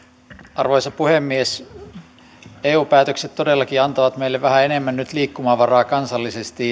arvoisa puhemies eu päätökset todellakin antoivat meille vähän enemmän nyt liikkumavaraa kansallisesti